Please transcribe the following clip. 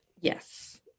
Yes